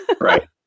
Right